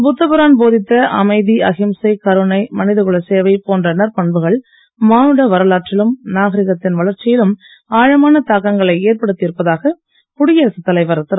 புத்தபிரான் போதித்த அமைதி அகிம்சை கருணை மனிதகுல சேவை போன்ற நற்பண்புகள் மானுட வரலாற்றிலும் நாகரீகத்தின் வளர்ச்சியிலும் ஆழமான தாக்கங்களை ஏற்படுத்தி இருப்பதாக குடியரசுத் தலைவர் திரு